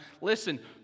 Listen